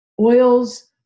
Oils